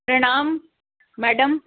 प्रणाम मैडम